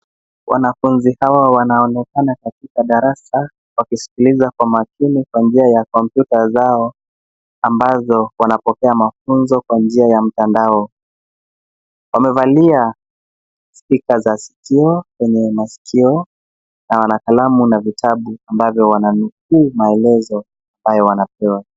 Wanafunzi hawa wanaonekana katika darasa wakisikiliza kwa makini kwa njia ya kompyuta zao ambazo wanapokea mafunzo kwa njia ya mtandao. Wamevalia spika za sikio kwenye masikio na wana kalamu na vitabu ambavyo wananukuu maelezo ambayo wanapewa.